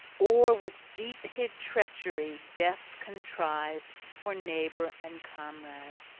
or with deep-hid treachery death contrive for neighbor and comrade.